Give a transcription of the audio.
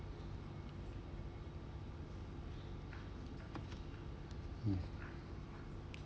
mm